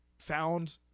found